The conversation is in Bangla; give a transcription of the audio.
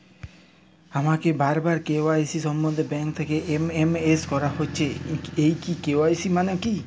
আমাকে বারবার কে.ওয়াই.সি সম্বন্ধে ব্যাংক থেকে এস.এম.এস করা হচ্ছে এই কে.ওয়াই.সি মানে কী?